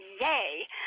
Yay